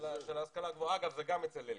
גם אצל אלקין.